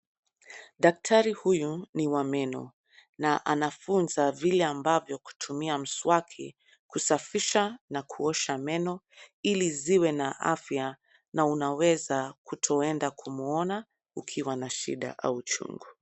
Daktari huyu ni wa meno na anafunza vile ambabyo kutumia mswaki kusafisha na kuosha meno ili ziwe na afya na unaweza kutoenda kumuona ukiwa na shida au uchungu.